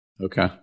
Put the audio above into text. Okay